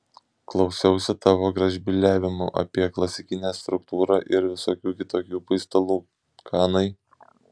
klausiausi tavo gražbyliavimų apie klasikinę struktūrą ir visokių kitokių paistalų kanai